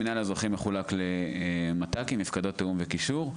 המינהל האזרחי מחולק למת"קים (מפקדות תיאום וקישור).